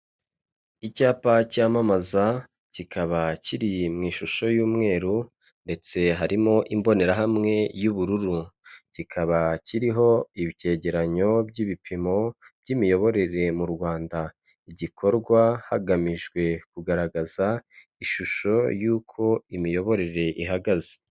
Icyapa cyamamaza, kikaba kiri mu ishusho y'umweru, ndetse harimo imbonerahamwe y'ubururu. Kikaba kiriho ibyegeranyo by'ibipimo by'imiyoborere mu Rwanda gikorwa hagamijwe kugaragaza ishusho y'uko imiyoborere ihagaze.